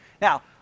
Now